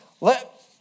Let